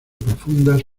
profundas